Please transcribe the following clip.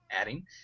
adding